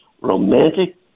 romantic